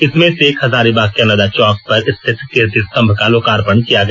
इसमें से एक हजारीबाग के अन्नदा चौक पर स्थित कीर्ति स्तंभ का लोकार्पण किया गया